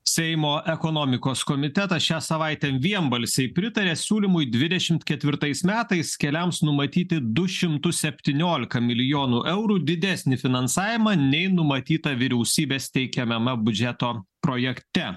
seimo ekonomikos komitetas šią savaitę vienbalsiai pritarė siūlymui dvidešimt ketvirtais metais keliams numatyti du šimtus septyniolika milijonų eurų didesnį finansavimą nei numatyta vyriausybės teikiamame biudžeto projekte